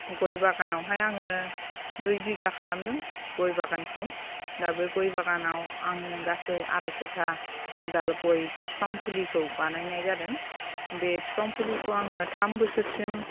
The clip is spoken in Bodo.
गय बागानावहाय आङो दुय बिगा खालामदों गय बागानखौ दा बे गय बागानाव आङो गासै आरायस'था दाल गय बिफां फुलिखौ बानायनाय जादों बे बिफां फुलिखौ आङो थाम बोसोरसिम